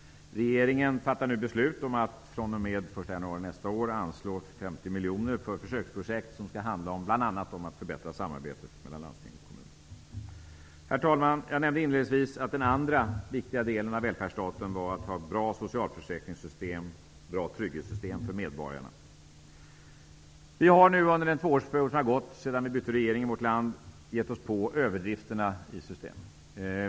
Regeringen fattar nu beslut om att fr.o.m. den 1 januari nästa år anslå 50 miljoner för försöksprojekt som bl.a. skall handla om att man skall förbättra samarbetet mellan landsting och kommun. Herr talman! Jag nämnde inledningsvis att den andra viktiga delen av välfärdsstaten är att man har bra socialförsäkrings och trygghetssystem för medborgarna. Under de två år som har gått sedan vi bytte regering i vår land har vi gett oss på överdrifterna i systemet.